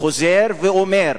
וחוזר ואומר: